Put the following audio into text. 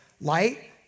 Light